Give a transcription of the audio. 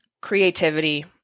creativity